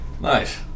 Nice